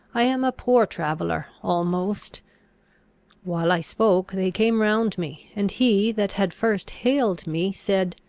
i am a poor traveller, almost while i spoke, they came round me and he that had first hailed me, said,